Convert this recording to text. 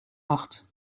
acht